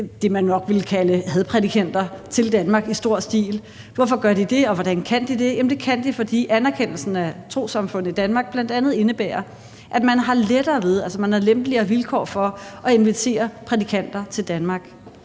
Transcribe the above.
det, man nok ville kalde hadprædikanter, til Danmark i stor stil. Hvorfor gør de det, og hvordan kan de det? Jamen det kan de, fordi anerkendelsen af trossamfund i Danmark bl.a. indebærer, at man har lettere ved det, altså at man har lempeligere vilkår for at invitere prædikanter til Danmark.